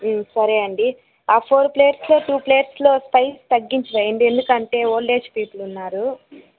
సరే అండీ ఆ ఫోర్ ప్లేట్స్ టూ ప్లేట్స్లో స్పైస్ తగ్గించి వేయండి ఎందుకంటే ఓల్డ్ ఏజ్ పీపుల్ ఉన్నారు